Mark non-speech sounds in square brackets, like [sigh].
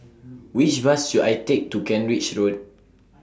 [noise] Which Bus should I Take to Kent Ridge Road